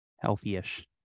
healthy-ish